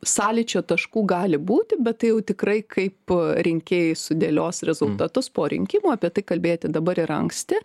sąlyčio taškų gali būti bet tai jau tikrai kaip rinkėjai sudėlios rezultatus po rinkimų apie tai kalbėti dabar yra anksti